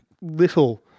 little